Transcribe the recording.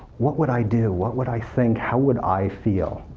what would i do? what would i think? how would i feel?